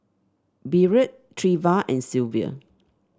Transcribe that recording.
Byrd Treva and Sylvia